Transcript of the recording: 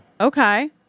Okay